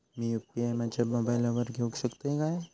मी UPI माझ्या मोबाईलावर घेवक शकतय काय?